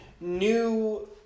new